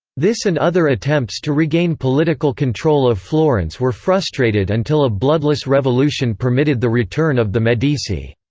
this and other attempts to regain political control of florence were frustrated until a bloodless revolution permitted the return of the medici.